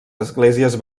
esglésies